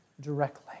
directly